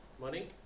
Money